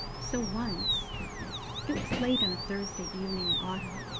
so once it was late on a thursday evening in autumn,